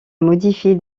modifier